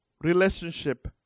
relationship